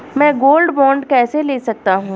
मैं gold bond कैसे ले सकता हूँ?